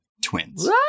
twins